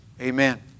Amen